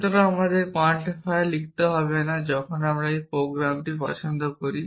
সুতরাং আমাদের কোয়ান্টিফায়ার লিখতে হবে না যখন আমরা একটি প্রোগ্রাম পছন্দ করি